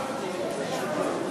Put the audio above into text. אני